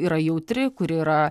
yra jautri kuri yra